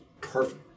perfect